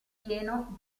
pieno